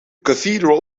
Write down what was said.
cathedral